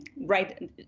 right